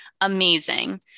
amazing